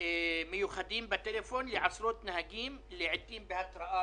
מיוחדים בטלפון לעשרות נהגים - לעיתים בהתראה